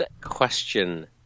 question